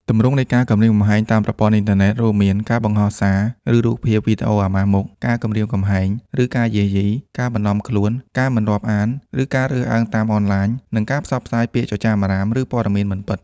ទម្រង់នៃការគំរាមកំហែងតាមប្រព័ន្ធអ៊ីនធឺណិត រួមមាន ការបង្ហោះសារ ឬរូបភាព/វីដេអូអាម៉ាស់មុខ ការគំរាមកំហែង ឬការយាយី ការបន្លំខ្លួន ការមិនរាប់អាន ឬការរើសអើងតាមអនឡាញ និងការផ្សព្វផ្សាយពាក្យចចាមអារ៉ាម ឬព័ត៌មានមិនពិត។